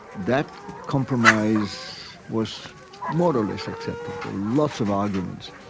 that compromise was more or less accepted. there were lots of arguments